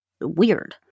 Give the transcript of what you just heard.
weird